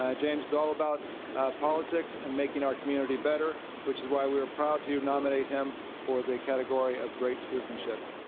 ah james is all about politics and making our community better, which is why we are proud to nominate him for the category of great citizenship.